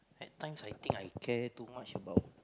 at times I think I care too much about